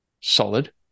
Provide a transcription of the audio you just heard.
solid